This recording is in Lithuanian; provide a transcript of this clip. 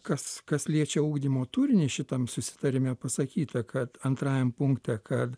kas kas liečia ugdymo turinį šitam susitarime pasakyta kad antrajam punkte kad